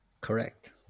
Correct